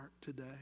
today